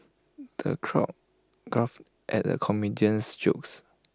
the crowd guffawed at the comedian's jokes